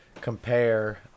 compare